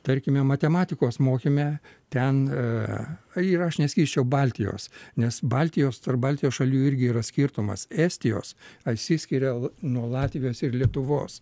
tarkime matematikos mokyme ten ir aš neskirčiau baltijos nes baltijos tarp baltijos šalių irgi yra skirtumas estijos atsiskiria nuo latvijos ir lietuvos